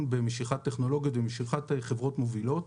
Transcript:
במשיכת טכנולוגיה ובמשיכת חברות מובילות.